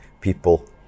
people